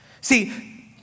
See